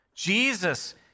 jesus